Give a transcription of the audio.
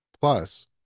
Plus